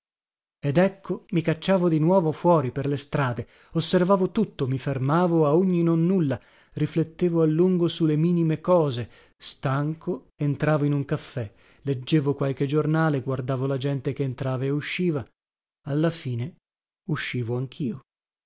ed ecco mi cacciavo di nuovo fuori per le strade osservavo tutto mi fermavo a ogni nonnulla riflettevo a lungo su le minime cose stanco entravo in un caffè leggevo qualche giornale guardavo la gente che entrava e usciva alla fine uscivo anchio